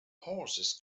horses